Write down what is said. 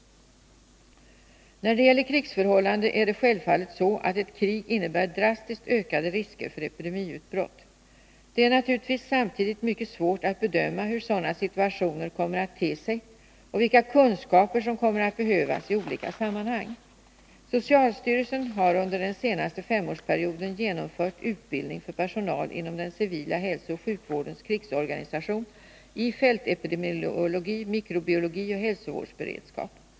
När det gäller krigsförhållanden är det självfallet så att ett krig innebär drastiskt ökade risker för epidemiutbrott. Det är naturligtvis samtidigt mycket svårt att bedöma hur sådana situationer kommer att te sig och vilka kunskaper som kommer att behövas i olika sammanhang. Socialstyrelsen har under den senaste femårsperioden genomfört utbildning för personal inom den civila hälsooch sjukvårdens krigsorganisation i fältepidemiologi, mikrobiologi och hälsovårdsberedskap.